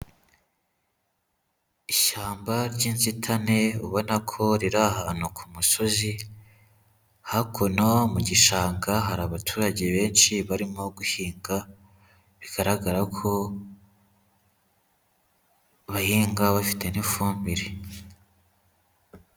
Ishyamba ry'inzitane ubona ko riri ahantu ku musozi, hakuno mu gishanga hari abaturage benshi barimo guhinga, bigaragara ko bahinga bafite n'ifumbire.